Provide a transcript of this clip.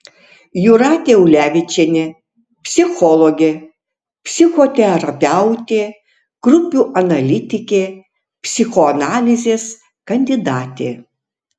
jūratė ulevičienė psichologė psichoterapeutė grupių analitikė psichoanalizės kandidatė